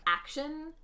action